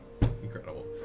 Incredible